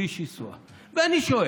ואני שואל: